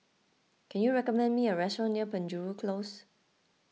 can you recommend me a restaurant near Penjuru Close